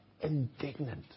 indignant